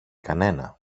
κανένα